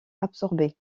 absorbé